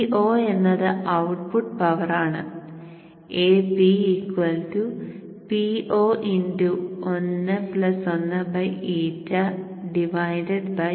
Po എന്നത് output power ആണ്